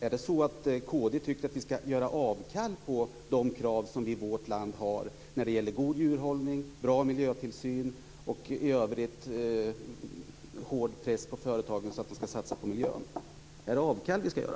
Är det så att kd tycker att vi skall göra avkall på de krav som vi i vårt land har när det gäller god djurhållning, bra miljötillsyn och i övrigt hård press på företagen för att de skall satsa på miljön? Är det avkall vi skall göra?